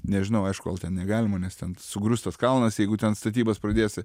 nežinau aišku gal ten negalima nes ten sugrūstas kalnas jeigu ten statybas pradėsi